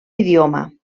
idioma